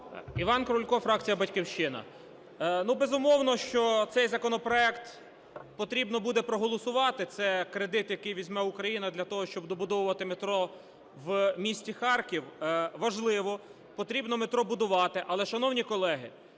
Іван Крулько, фракція "Батьківщина". Безумовно, що цей законопроект потрібно буде проголосувати. Це кредит, який візьме Україна для того, щоб добудовувати метро в місті Харків. Важливо, потрібно метро будувати. Але, шановні колеги,